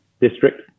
district